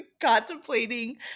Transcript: Contemplating